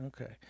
Okay